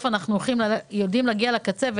אנחנו יודעים להגיע לקצה,